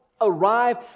arrive